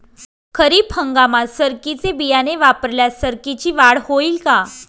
खरीप हंगामात सरकीचे बियाणे वापरल्यास सरकीची वाढ होईल का?